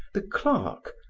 the clerk,